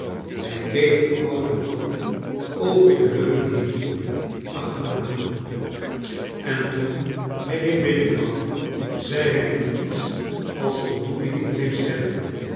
hij keek den ouden man over de leuning heen achterna en toen hij weer binnenkwam zei hij met iets als voldoening in zijn stem